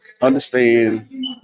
Understand